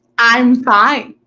i'm fine,